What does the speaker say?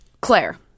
Claire